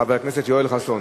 של חבר הכנסת יואל חסון.